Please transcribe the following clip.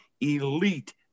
elite